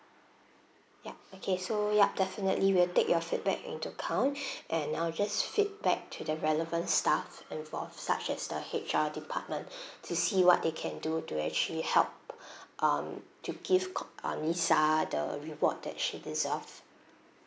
yup okay so yup definitely we'll take your feedback into account and I'll just feedback to the relevant staff involved such as the H_R department to see what they can do to actually help um to give con on lisa the reward that she deserves